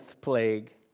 plague